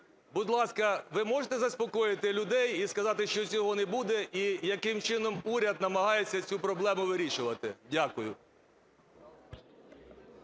Будь ласка, ви можете заспокоїти людей і сказати, що цього не буде і яким чином уряд намагається цю проблему вирішувати? Дякую.